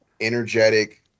energetic